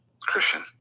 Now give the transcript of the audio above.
Christian